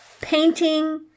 painting